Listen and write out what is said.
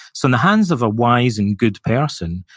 so, in the hands of a wise and good person,